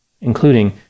including